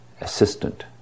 assistant